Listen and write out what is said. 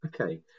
Okay